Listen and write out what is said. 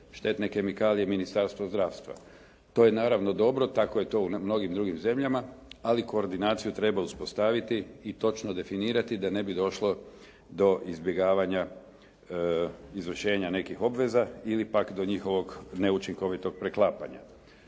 štetne kemikalije Ministarstvo zdravstva. To je naravno dobro. Tako je to u mnogim drugim zemljama. Ali koordinaciju treba uspostaviti i točno definirati da ne bi došlo do izbjegavanja izvršenja nekih obveza ili pak do njihovog neučinkovitog preklapanja.